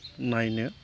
नायनो